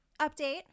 update